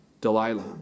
Delilah